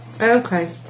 Okay